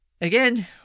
Again